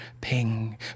ping